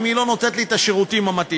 היא לא נותנת לי את השירותים המתאימים?